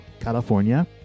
California